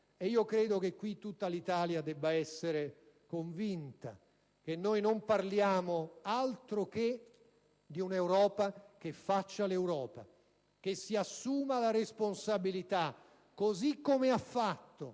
fare. Credo che tutta l'Italia debba essere convinta che noi non parliamo altro che di un'Europa che faccia l'Europa, di un'Europa che si assuma la responsabilità, così come ha fatto